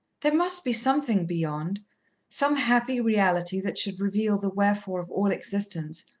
there must be something beyond some happy reality that should reveal the wherefore of all existence,